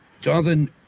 Jonathan